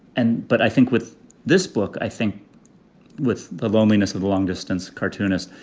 and but i think with this book, i think with the loneliness of the long-distance cartoonist,